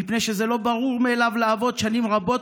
מפני שזה לא ברור מאליו לעבוד שנים רבות